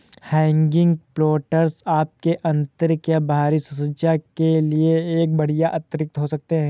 hanging planters आपके आंतरिक या बाहरी सज्जा के लिए एक बढ़िया अतिरिक्त हो सकते है